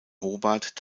hobart